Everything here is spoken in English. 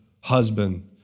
husband